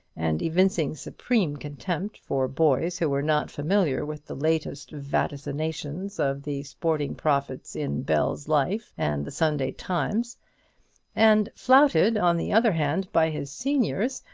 and evincing supreme contempt for boys who were not familiar with the latest vaticinations of the sporting prophets in bell's life and the sunday times and flouted on the other hand by his seniors,